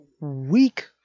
weak